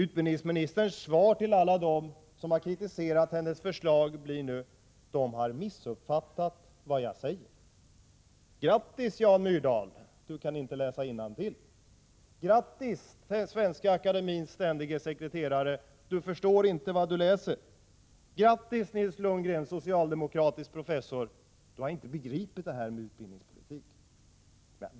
Utbildningsministerns svar till alla dem som kritiserat hennes förslag blir nu: De har missuppfattat vad jag säger. Grattis Jan Myrdal — du kan inte läsa innantill! Grattis Svenska akademins ständige sekreterare — du förstår inte vad du läser! Grattis Nils Lundgren, socialdemokratisk professor — du begriper inte utbildningspolitik!